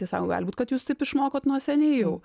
tai sako gali būt kad jūs taip išmokot nuo seniai jau